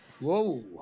Whoa